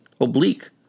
oblique